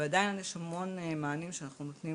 ועדיין יש המון מענים שאנחנו נותנים